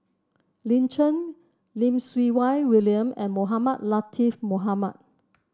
Lin Chen Lim Siew Wai William and Mohamed Latiff Mohamed